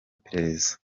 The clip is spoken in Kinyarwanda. iperereza